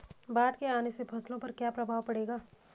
बाढ़ के आने से फसलों पर क्या प्रभाव पड़ेगा?